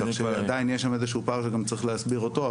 כך שעדיין יש שם איזשהו פער שגם צריך להסביר אותו,